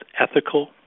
ethical